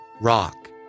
rock